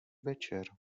večer